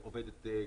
עובדת כרגיל,